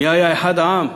מי היה אחד העם?